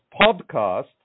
podcast